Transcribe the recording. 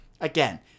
again